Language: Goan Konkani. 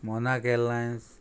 मोना केलायन्स